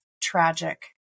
Tragic